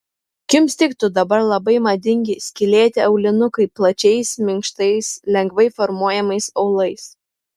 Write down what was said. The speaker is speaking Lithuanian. jums tiktų dabar labai madingi skylėti aulinukai plačiais minkštais lengvai formuojamais aulais